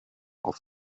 auf